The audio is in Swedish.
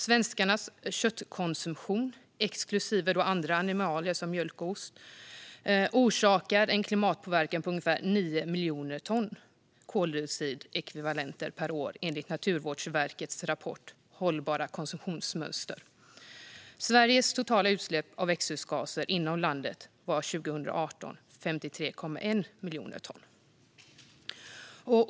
Svenskarnas köttkonsumtion, exklusive andra animalier såsom mjölk och ost, orsakar en klimatpåverkan på ungefär 9 miljoner ton koldioxidekvivalenter per år, enligt Naturvårdsverkets rapport Håll bara k onsumtionsmönster . År 2018 var Sveriges totala utsläpp av växthusgaser inom landet 53,1 miljoner ton.